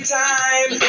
time